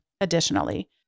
additionally